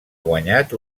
guanyat